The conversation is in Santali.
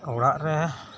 ᱚᱲᱟᱜ ᱨᱮ